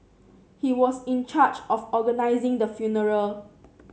he was in charge of organising the funeral